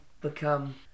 become